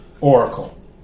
Oracle